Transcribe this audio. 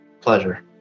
Pleasure